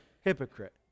Hypocrite